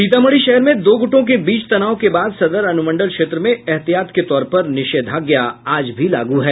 सीतामढ़ी शहर में दो गुटों के बीच तनाव के बाद सदर अनुमंडल क्षेत्र में ऐहतियात के तौर पर निषेधाज्ञा आज भी लागू है